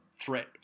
threat